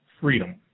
FREEDOM